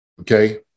Okay